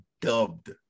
dubbed